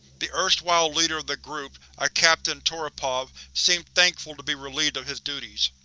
the erstwhile leader of the group, a cpt. and toropov, seemed thankful to be relieved of his duties.